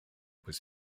was